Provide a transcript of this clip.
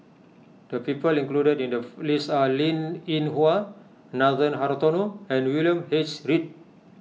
the people included in the list are Linn in Hua Nathan Hartono and William H Read